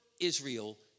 Israel